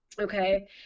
Okay